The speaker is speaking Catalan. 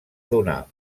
donar